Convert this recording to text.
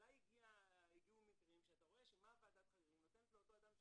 אליי הגיעו מקרים שאתה רואה שוועדת החריגים נותנת לאותו אדם,